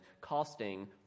costing